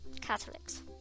Catholics